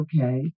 okay